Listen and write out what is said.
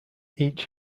each